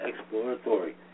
exploratory